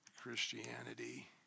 Christianity